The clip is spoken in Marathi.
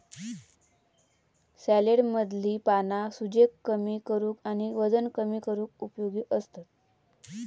सॅलेडमधली पाना सूजेक कमी करूक आणि वजन कमी करूक उपयोगी असतत